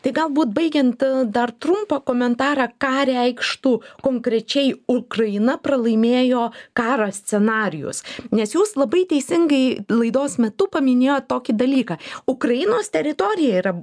tai galbūt baigiant dar trumpą komentarą ką reikštų konkrečiai ukraina pralaimėjo karo scenarijus nes jūs labai teisingai laidos metu paminėjot tokį dalyką ukrainos teritorija yra